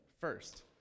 first